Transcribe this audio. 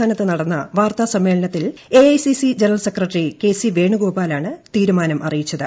ആസ്ഥാനത്ത് നടന്ന വാർത്താ സമ്മേളനത്തിൽ A I C C general secretary K C വേണുഗോപാലാണ് തീരുമാനം അറിയിച്ചത്